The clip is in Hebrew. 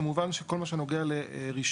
כמובן שכל מה שנוגע לרישוי,